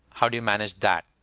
how do you manage that?